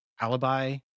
alibi